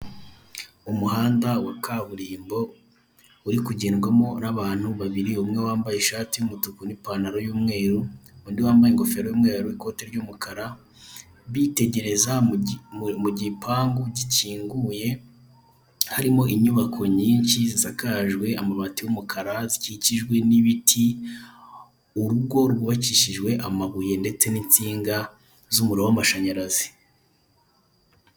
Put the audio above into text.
Umuhanda wa kaburimbo uri kugendwamo n'abantu babiri umwe wambaye ishati y'umutuku n'ipantalo y'umweru, undi wambaye ingofero y'umweru ikote ry'umukara, bitegereza mu gipangu gikinguye, harimo inyubako nyinshi zagajwe amabati y'umukara zikikijwe n'ibiti, urugo rwubakishijwe amabuye ndetse n'insinga z'umuriro w'amashanyarazi.